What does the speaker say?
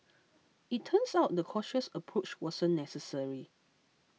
it turns out the cautious approach wasn't necessary